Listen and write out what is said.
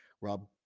Rob